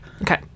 Okay